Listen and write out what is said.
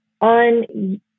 on